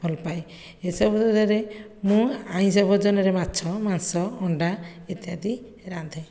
ଭଲପାଏ ଏସବୁ ରେ ମୁଁ ଆମିଷ ଭୋଜନରେ ମାଛ ମାଂସ ଅଣ୍ଡା ଇତ୍ୟାଦି ରାନ୍ଧେ